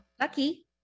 Lucky